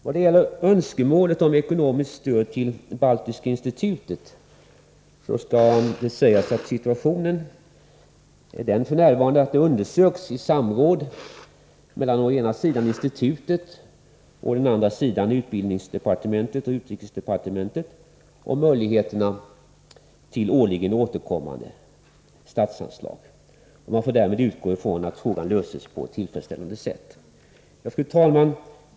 Vad gäller önskemålet om ekonomiskt stöd till Baltiska institutet så är situationen den att möjligheterna till årligen återkommande statsanslag f. n. undersöks i samråd mellan å ena sidan institutet och å andra sidan utbildningsoch utrikesdepartementen. Man får därför utgå ifrån att frågan löses på ett tillfredsställande sätt. Fru talman!